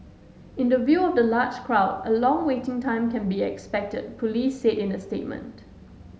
in the view of the large crowd a long waiting time can be expected police said in a statement